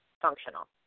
functional